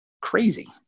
crazy